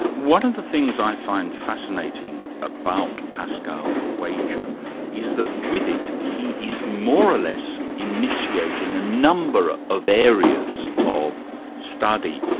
one of the things i find fascinating about pascal's wager is that with it he is more or less initiating a number of areas of study.